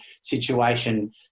situation